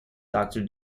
doctor